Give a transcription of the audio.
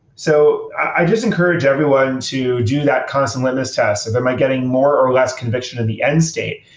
so i just encourage everyone to do that constant litmus test of am i getting more, or less conviction in the end-state?